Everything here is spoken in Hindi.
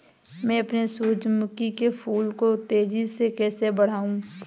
मैं अपने सूरजमुखी के फूल को तेजी से कैसे बढाऊं?